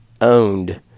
owned